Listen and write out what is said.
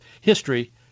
history